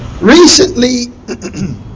Recently